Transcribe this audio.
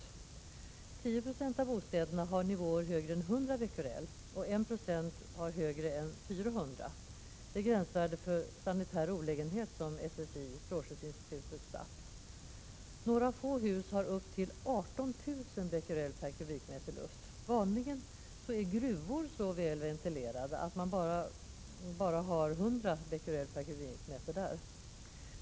10 76 av bostäderna har nivåer högre än 100 Bq och 1 96 högre än 400, det gränsvärde för sanitär olägenhet som strålskyddsinstitutet, SSI, satt. Några få hus har upp till 18 000 Bq m? där.